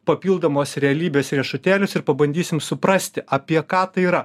papildomos realybės riešutėlius ir pabandysim suprasti apie ką tai yra